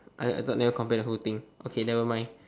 oh I thought never compare the whole thing okay nevermind